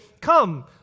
come